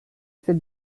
fête